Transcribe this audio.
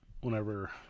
whenever